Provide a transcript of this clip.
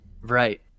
Right